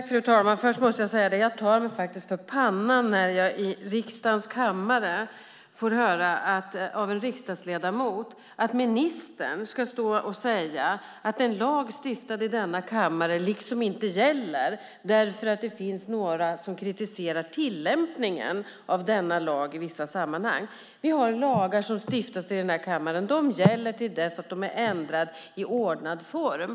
Fru talman! Först måste jag säga att jag tar mig för pannan när jag i riksdagens kammare får höra av en riksdagsledamot att ministern ska stå och säga att en lag stiftad i denna kammare inte gäller därför att det finns några som kritiserar tillämpningen av denna lag i vissa sammanhang. Vi har lagar som har stiftats i denna kammare, och de gäller till dess de är ändrade i ordnad form.